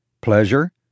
pleasure